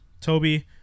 Toby